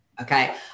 Okay